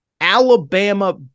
alabama